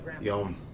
Yum